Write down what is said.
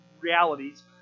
realities